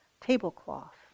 tablecloth